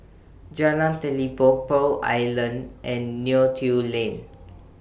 Jalan Telipok Pearl Island and Neo Tiew Lane